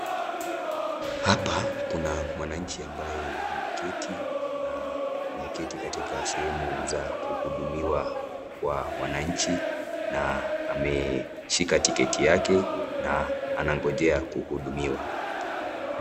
Hapa Kuna mwananchi ambaye ameketi, na ameketi katika sehemu za kuhudumiwa kwa mwananchi, na ameshukwa tiketi yake Na anangojea kuhudumiwa.